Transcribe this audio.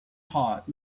hot